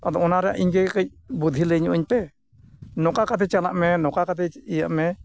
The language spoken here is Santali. ᱟᱫᱚ ᱚᱱᱟᱨᱮ ᱤᱧᱜᱮ ᱠᱟᱹᱡ ᱵᱩᱫᱷᱤ ᱞᱟᱹᱭᱧᱚᱜ ᱤᱧᱯᱮ ᱱᱚᱝᱠᱟ ᱠᱟᱛᱮᱫ ᱪᱟᱞᱟᱜ ᱢᱮ ᱱᱚᱝᱠᱟ ᱠᱟᱛᱮ ᱤᱭᱟᱹᱜ ᱢᱮ